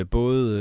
både